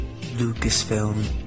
Lucasfilm